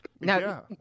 No